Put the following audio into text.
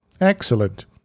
Excellent